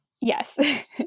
Yes